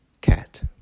Cat